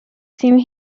seemed